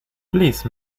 please